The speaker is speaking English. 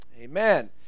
Amen